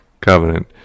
covenant